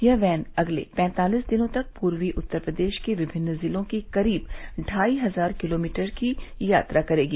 यह वैन अगले पैंतालीस दिनों तक पूर्वी उत्तर प्रदेश के विभिन्न जिलों की करीब ढाई हजार किलोमीटर की यात्रा करेगी